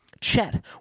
Chet